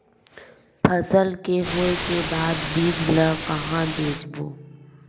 फसल के होय के बाद बीज ला कहां बेचबो?